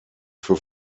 für